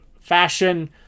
fashion